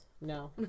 no